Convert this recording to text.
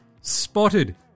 spotted